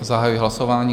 Zahajuji hlasování.